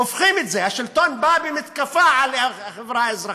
הופכים את זה, השלטון בא במתקפה על החברה האזרחית,